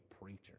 preacher